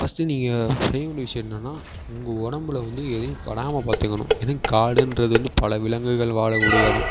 first நீங்கள் செய்ய வேண்டிய விஷயம் என்னன்னால் உங்கள் உடம்புல வந்து எதையும் படாமல் பார்த்துக்கணும் ஏன்னால் காடுன்றது வந்து பல விலங்குகள் வாழக் கூடிய எடம்